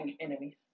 enemies